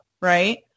right